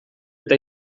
eta